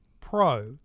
Pro